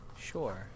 Sure